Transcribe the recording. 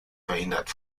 verhindert